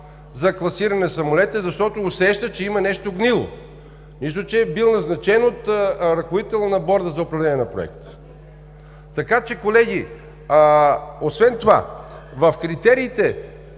за класиране на самолетите, защото усеща, че има нещо гнило, нищо че е бил назначен от ръководителя на Борда за управление на Проекта. Колеги, освен това в критериите: